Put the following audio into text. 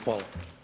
Hvala.